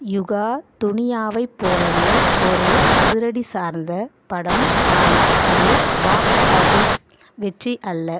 யுகா துனியாவைப் போலவே ஒரு அதிரடி சார்ந்த படம் ஆனால் அது பாக்ஸ் ஆஃபீஸ் வெற்றி அல்ல